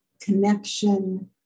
connection